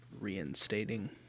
reinstating